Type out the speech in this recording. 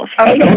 Okay